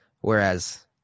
Whereas